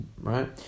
right